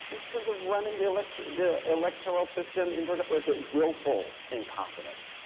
in terms of running the electoral the electoral system in georgia or is it willful incompetence?